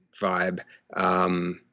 vibe